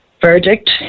verdict